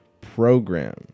program